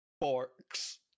forks